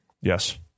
Yes